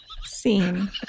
Scene